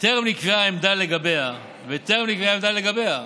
וטרם נקבעה עמדה לגביה, וטרם נקבעה עמדה לגביה